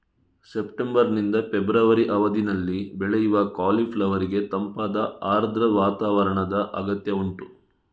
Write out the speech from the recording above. September ನಿಂದ February ಅವಧಿನಲ್ಲಿ ಬೆಳೆಯುವ ಕಾಲಿಫ್ಲವರ್ ಗೆ ತಂಪಾದ ಆರ್ದ್ರ ವಾತಾವರಣದ ಅಗತ್ಯ ಉಂಟು